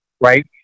right